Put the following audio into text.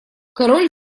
король